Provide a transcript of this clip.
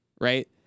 right